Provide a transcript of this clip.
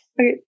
Okay